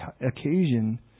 occasion